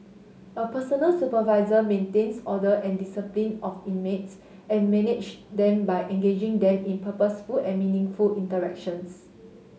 a personal supervisor maintains order and discipline of inmates and manage them by engaging them in purposeful and meaningful interactions